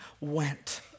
went